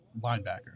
linebacker